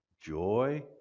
joy